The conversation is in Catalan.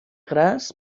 graz